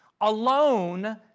alone